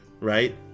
right